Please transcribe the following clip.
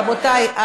אז רבותי,